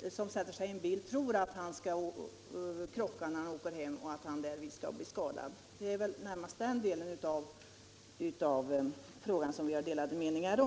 Den som sätter sig i en bil efter att ha druckit en snaps tror säkert inte att han skall krocka och bli skadad. Det är endast i den delen av frågan som vi har delade meningar.